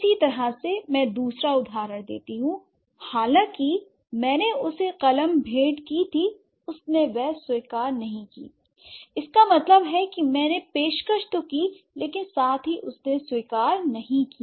इस तरह से हालांकि मैंने उसे एक कलम भेंट की थी उसने वह स्वीकार नहीं की l इसका मतलब है कि मैंने पेशकश तो की लेकिन साथ ही उसने स्वीकार नहीं किया